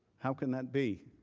how can that be?